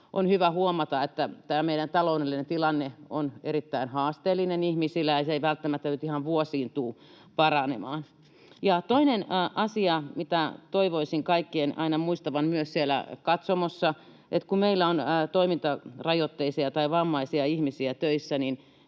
On hyvä huomata, että tämä meidän taloudellinen tilanteemme on erittäin haasteellinen ihmisille, ja se ei välttämättä nyt ihan vuosiin tule paranemaan. Toinen asia, mitä toivoisin kaikkien aina muistavan myös siellä katsomossa, on, että kun meillä on toimintarajoitteisia tai vammaisia ihmisiä töissä, niin